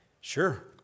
Sure